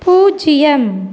பூஜ்ஜியம்